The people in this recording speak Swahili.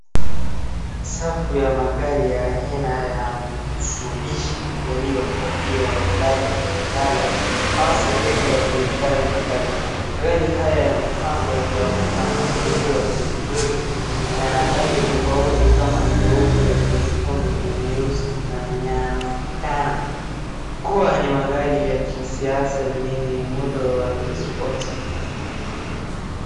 Safu ya magari ya aina ya Mistubishi yaliyopakiwa ndani ya ghala au sehemu ya kuhifadhi magari, magari haya yamepangwa kwa mpangilio mzuri, yana rangi tofauti kama nyeupe, nyeusi, nyekundu na yanaonekana kuwa ni magari ya kisiasa yenye muundo wa Ki sports .